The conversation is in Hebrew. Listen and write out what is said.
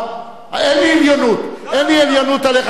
אין לי עליונות, אין לי עליונות עליך כבן-אדם.